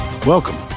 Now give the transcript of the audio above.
Welcome